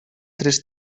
tres